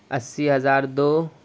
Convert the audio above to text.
اسّی ہزار دو